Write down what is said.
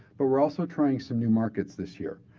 but we're also trying some new markets this year.